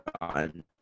on